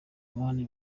amahane